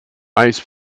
ice